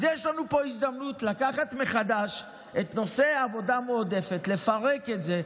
אז יש לנו פה הזדמנות לקחת מחדש את נושא העבודה המועדפת ולפרק את זה.